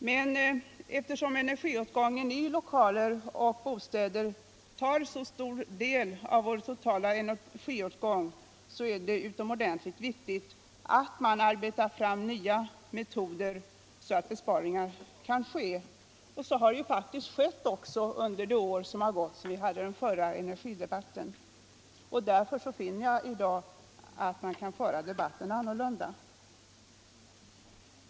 Men eftersom energiåtgången i lokaler och bostäder tar i anspråk så stor del av våra totala energiresurser, är det utomordentligt viktigt att arbeta fram nya metoder så att besparingar kan göras. Så har faktiskt skett under det år som har gått sedan vi hade den förra energidebatten. Därför finner jag i dag att man kan föra debatten annorlunda.